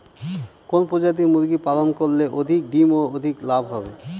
কোন প্রজাতির মুরগি পালন করলে অধিক ডিম ও অধিক লাভ হবে?